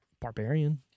Barbarian